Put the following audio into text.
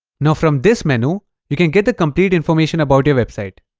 now, from this menu you can get the complete information about your website